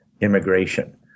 immigration